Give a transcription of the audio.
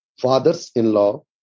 fathers-in-law